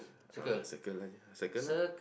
ah circle lah circle lah